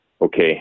okay